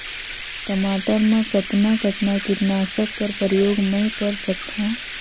टमाटर म कतना कतना कीटनाशक कर प्रयोग मै कर सकथव?